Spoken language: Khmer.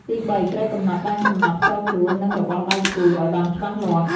ទីបី ត្រូវ កំណត់ដែនកំណត់ ផ្ទាល់ខ្លួន និងរបស់ដៃគូឱ្យបានច្បាស់លាស់។